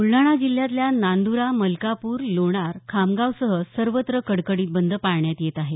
ब्लडाणा जिल्ह्यातल्या नांदुरा मलकापुर लोणार खामगावसह सर्वत्र कडकडीत बंद पाळण्यात येत आहे